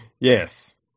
Yes